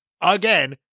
again